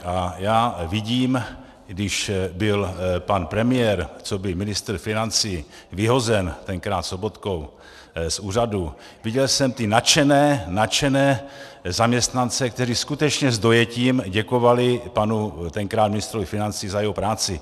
A já vidím, když byl pan premiér coby ministr financí vyhozen tenkrát Sobotkou z úřadu, viděl jsem ty nadšené zaměstnance, kteří skutečně s dojetím děkovali panu tenkrát ministrovi financí za jeho práci.